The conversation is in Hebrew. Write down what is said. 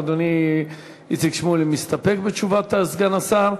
אדוני איציק שמולי מסתפק בתשובת סגן השר.